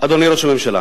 אדוני ראש הממשלה,